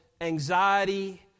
anxiety